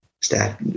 stat